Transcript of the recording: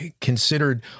considered